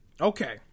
Okay